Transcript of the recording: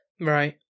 Right